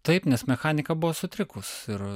taip nes mechanika buvo sutrikus ir